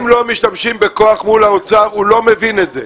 אם לא משתמשים בכוח מול האוצר, הוא לא מבין את זה.